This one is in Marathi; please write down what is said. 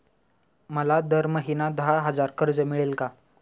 मला दर महिना दहा हजार कर्ज मिळेल का?